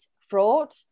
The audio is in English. fraud